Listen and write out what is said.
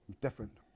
Different